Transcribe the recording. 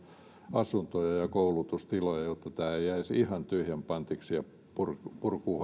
asuntoja ja koulutustiloja jotta ne eivät jäisi ihan tyhjän pantiksi ja purku